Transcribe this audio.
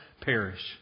perish